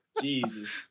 Jesus